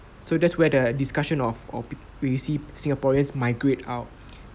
so that's where the discussion of of p~ when you see singaporeans migrate out